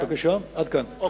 עד שמבקר המדינה יגיד את דברו.